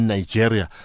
Nigeria